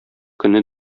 көнне